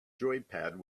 joypad